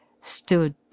stood